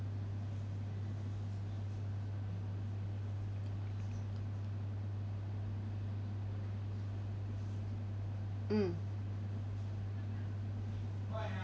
mm